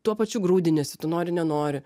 tuo pačiu grūdiniesi tu nori nenori